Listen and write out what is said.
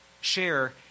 share